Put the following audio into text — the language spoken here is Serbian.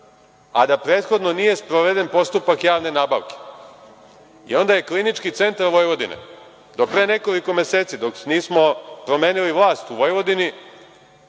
a da prethodno nije sproveden postupak javne nabavke i onda je KC Vojvodine, do pre nekoliko meseci, dok nismo promenili vlast u Vojvodini,